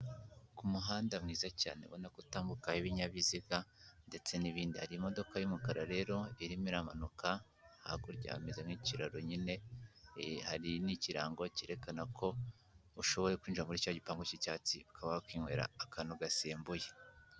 Ku muhanda mwiza cyane ubona ko utambukaho ibinyabiziga ndetse n'ibindi, hari imodoka y'umukara rero irimo iramanuka hakurya hameze nk'ikiraro nyine, hari n'ikirango cyerekana ko ushobora kwinjira muri cya gipangu cy'icyatsi ukaba wakwinywera akantu gasembuye.